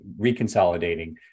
reconsolidating